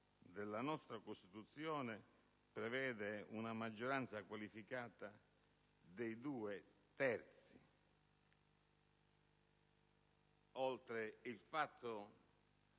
della nostra Costituzione, prevede una maggioranza qualificata dei due terzi, oltre la